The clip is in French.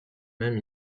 même